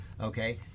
okay